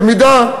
למידה,